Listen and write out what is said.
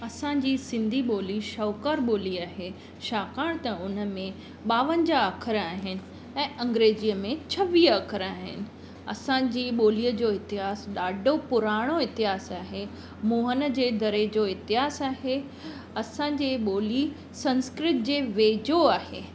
असांजी सिंधी ॿोली शाहूकारु ॿोली आहे छाकाणि त उनमें ॿावंजाहु अख़र आहिनि ऐं अंग्रेजीअ में छवीह अख़र आहिनि असांजी ॿोलीअ जो इतिहासु ॾाढो पुराणो इतिहासु आहे मोहन जे दरे जो इतिहासु आहे असांजे ॿोली संस्कृतु जे वेझो आहे